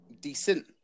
decent